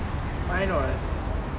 mine was